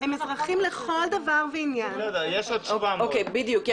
הם אזרחים לכל דבר ועניין --- יש עוד 700. בדיוק,